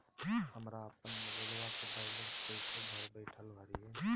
हमरा अपन मोबाइलबा के बैलेंस कैसे घर बैठल भरिए?